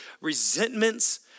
resentments